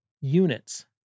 units